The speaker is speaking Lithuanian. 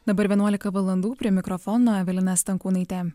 dabar vienuolika valandų prie mikrofono evelina stankūnaitė